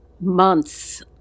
months